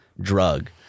drug